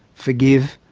forgive,